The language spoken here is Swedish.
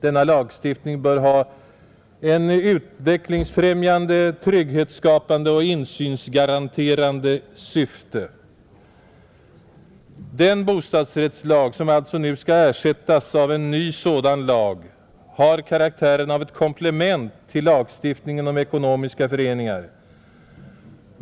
Denna lagstiftning bör ha ett utvecklingsfrämjande, trygghetsskapande och insynsgaranterande syfte. Den bostadsrättslag, som alltså nu skall ersättas av en ny sådan lag, har karaktären av ett komplement till lagstiftningen om ekonomiska föreningar.